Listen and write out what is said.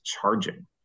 charging